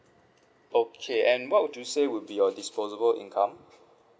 okay and what would you say would be your disposable income